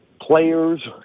players